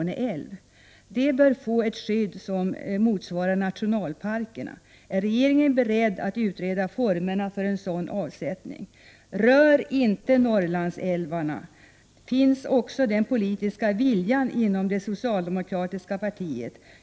Dessa älvar bör få ett skydd som motsvarar nationalparkernas. Är regeringen beredd att utreda formerna för en sådan avsättning? Rör inte Norrlandsälvarna! Finns också den politiska viljan inom det socialdemokratiska partiet?